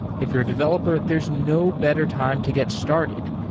if you're a developer, there's no better time to get started.